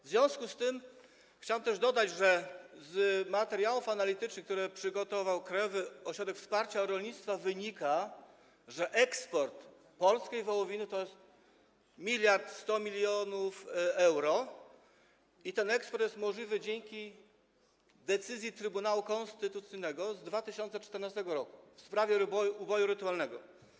W związku z tym chciałem dodać, że z materiałów analitycznych, które przygotował Krajowy Ośrodek Wsparcia Rolnictwa, wynika, że eksport polskiej wołowiny to jest 1100 mln euro, i ten eksport jest możliwy dzięki decyzji Trybunału Konstytucyjnego z 2014 r. w sprawie uboju rytualnego.